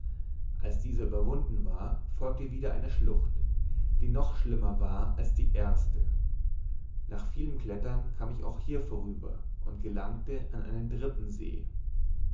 als dieser überwunden war folgte wieder eine schlucht die noch schlimmer war als die erste nach vielem klettern kam ich auch hier vorüber und gelangte an einen dritten see